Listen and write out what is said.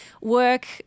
work